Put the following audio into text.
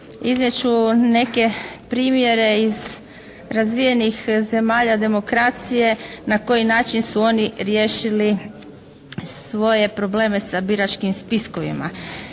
ću neke primjere iz razvijenih zemalja demokracije na koji način su oni riješili svoje probleme sa biračkim spiskovima.